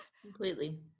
completely